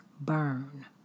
burn